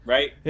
Right